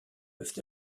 peuvent